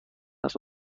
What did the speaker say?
است